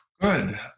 Good